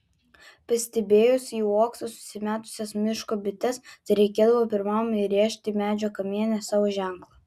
pastebėjus į uoksą susimetusias miško bites tereikėdavo pirmam įrėžti medžio kamiene savo ženklą